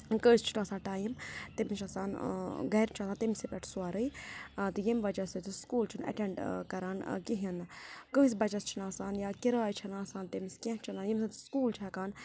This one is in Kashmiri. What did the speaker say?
کٲنٛسہِ چھُنہٕ آسان ٹایِم تٔمِس چھُ آسان گَرِ چھُ آسان تٔمِسٕے پٮ۪ٹھ سورُے تہٕ ییٚمہِ وجہ سۭتۍ سکوٗل چھُنہٕ ایٚٹیٚنٛڈ کَران کِہیٖنۍ نہٕ کٲنٛسہِ بَچَس چھِنہٕ آسان یا کِراے چھِنہٕ آسان تٔمِس کیٚنٛہہ چھِنہٕ آسان ییٚمہِ سۭتۍ سکوٗل چھِ ہٮ۪کان